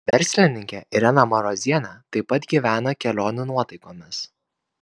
verslininkė irena marozienė taip pat gyvena kelionių nuotaikomis